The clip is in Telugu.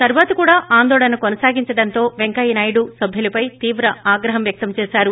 తరువాత కూడా ఆందోళన కొనసాగించడం తో పెంకయ్యనాయుడు సభ్యులపై తీవ్ర ఆగ్రహం వ్యక్తం చేశారు